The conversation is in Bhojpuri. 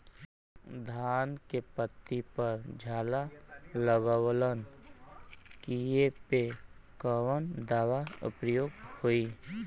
धान के पत्ती पर झाला लगववलन कियेपे कवन दवा प्रयोग होई?